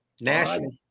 National